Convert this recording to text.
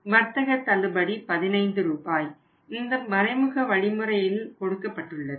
வர்த்தக தள்ளுபடி 15 ரூபாய் இந்த மறைமுக வழிமுறையில் கொடுக்கப்பட்டுள்ளது